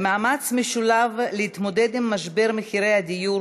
במאמץ משולב להתמודד עם משבר מחירי הדיור